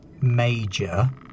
Major